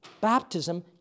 baptism